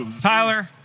Tyler